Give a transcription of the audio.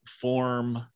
form